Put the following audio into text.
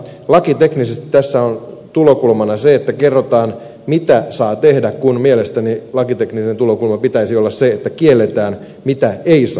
lakiteknisesti tässä on tulokulmana se että kerrotaan mitä saa tehdä kun mielestäni lakiteknisen tulokulman pitäisi olla se että kielletään mitä ei saa tehdä